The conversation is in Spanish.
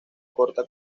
corta